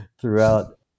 throughout